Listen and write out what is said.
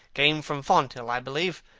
came from fonthill, i believe.